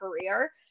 career